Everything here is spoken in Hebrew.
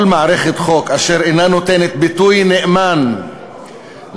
כל מערכת חוק אשר אינה נותנת ביטוי נאמן לעקרונות